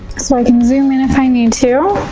so i can zoom in if i need to.